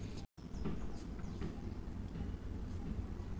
Bill discount करान मी कर्ज फेडा शकताय काय?